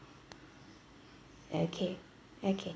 okay okay